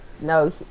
No